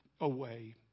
away